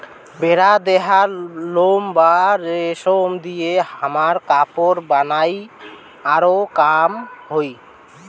ভেড়ার দেহার লোম বা রেশম দিয়ে হামরা কাপড় বানাই আরো কাম হই